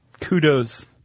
Kudos